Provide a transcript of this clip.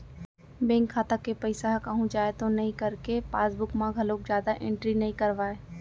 bank खाता के पइसा ह कहूँ जाए तो नइ करके पासबूक म घलोक जादा एंटरी नइ करवाय